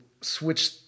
switch